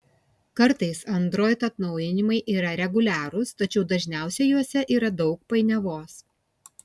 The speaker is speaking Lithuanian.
kartais android atnaujinimai yra reguliarūs tačiau dažniausiai juose yra daug painiavos